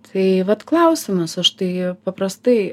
tai vat klausimas aš tai paprastai